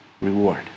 reward